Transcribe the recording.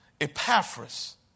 Epaphras